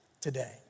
today